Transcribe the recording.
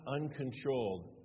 uncontrolled